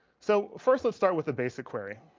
so first let's start with a basic query